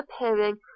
appearing